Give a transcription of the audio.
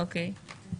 אוקיי.